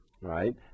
right